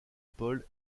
paul